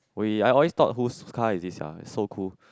we I always talk who's car is it sia so cool